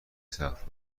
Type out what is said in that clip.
سخت